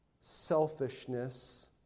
selfishness